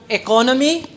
economy